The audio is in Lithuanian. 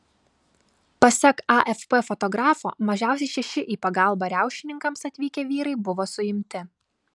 pasak afp fotografo mažiausiai šeši į pagalbą riaušininkams atvykę vyrai buvo suimti